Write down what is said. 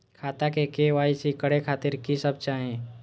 खाता के के.वाई.सी करे खातिर की सब चाही?